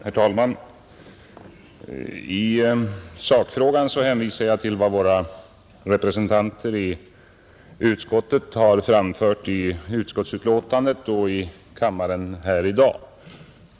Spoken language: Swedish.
Herr talman! I sakfrågan hänvisar jag till vad våra representanter i utskottet har framfört i utskottsbetänkandet och i kammaren här i dag.